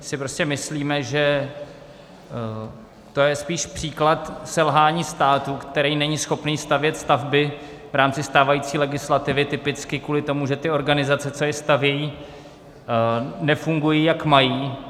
My si prostě myslíme, že to je spíš příklad selhání státu, který není schopný stavět stavby v rámci stávající legislativy, typicky kvůli tomu, že ty organizace, co je stavějí, nefungují, jak mají.